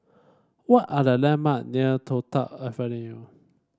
what are the landmark near Toh Tuck Avenue